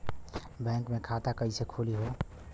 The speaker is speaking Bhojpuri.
बैक मे खाता कईसे खुली हो?